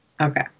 Okay